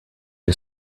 you